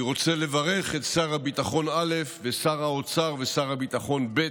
אני רוצה לברך את שר הביטחון א' ושר האוצר ושר הביטחון ב'